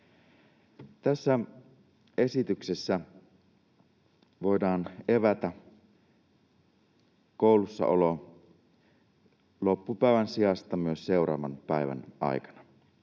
Tässä esityksessä voidaan evätä koulussaolo loppupäivän sijasta myös seuraavan päivän ajaksi.